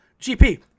GP